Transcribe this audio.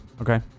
okay